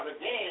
again